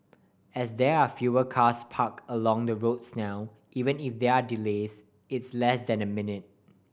as there are fewer cars park along the roads now even if there are delays it's less than a minute